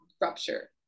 rupture